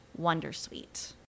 Wondersuite